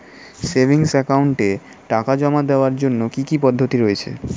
Savings একাউন্টে টাকা জমা দেওয়ার জন্য কি কি পদ্ধতি রয়েছে?